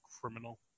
criminal